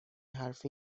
حرفی